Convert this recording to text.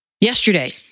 yesterday